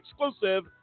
exclusive